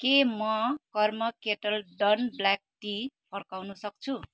के म Karma Kettle डन ब्ल्याक टी फर्काउन सक्छु